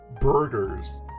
burgers